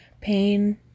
pain